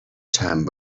چند